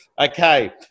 Okay